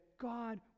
God